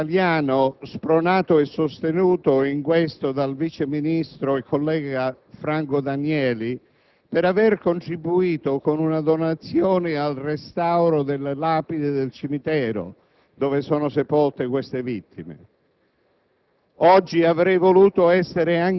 Ringrazio il Governo italiano, spronato e sostenuto in questo dal vice ministro e collega Franco Danieli, per aver contribuito con una donazione al restauro delle lapidi del cimitero in cui sono sepolte le vittime.